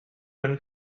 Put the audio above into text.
when